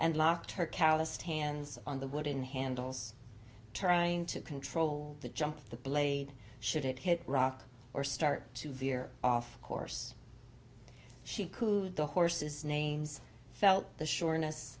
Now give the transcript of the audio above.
and locked her calloused hands on the wooden handles trying to control the jump the blade should it hit rock or start to veer off course she cooed the horses names felt the sureness